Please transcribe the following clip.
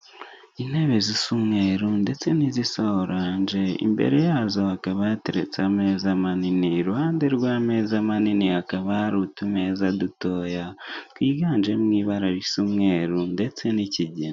Intebe zisa umweru ndetse n'izisa oranje imbere yazo hakaba hateretse ameza manini iruhande rw'ameza manini hakaba hari utumeza dutoya twiganjemo ibara risa umweru ndetse n'ikigina.